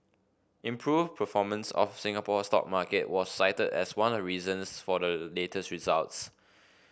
improved performance of Singapore stock market was cited as one reasons for the latest results